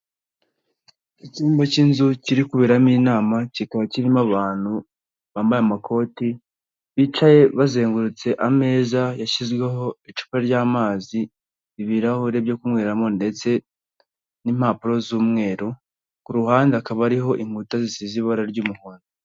Icyumba cy'inzu kiri kuberamo inama kikaba kirimo abantu bambaye amakoti bicaye bazengurutse ameza yashyizweho icupa ryamazi, ibirahuri byo kunyweramo ndetse n'impapuro z'umweru, ku ruhande hakaba hariho inkuta zisize ibara ry'umuhondo.